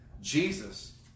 Jesus